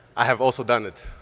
i have also done it.